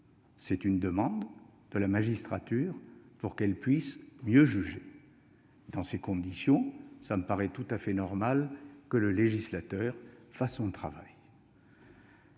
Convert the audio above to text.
à une demande de la magistrature pour lui permettre de mieux juger. Dans ces conditions, il me paraît tout à fait normal que le législateur fasse son travail.